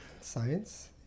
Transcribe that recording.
science